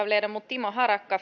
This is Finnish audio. timo harakan